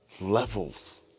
levels